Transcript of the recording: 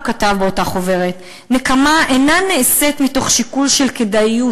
הוא כתב באותה חוברת: נקמה אינה נעשית מתוך שיקול של כדאיות,